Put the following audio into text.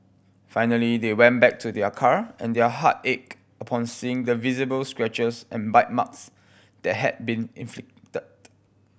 finally they went back to their car and their heart ached upon seeing the visible scratches and bite marks that had been